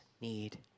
need